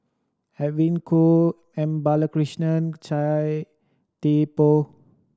Edwin Koek M Balakrishnan Chia Thye Poh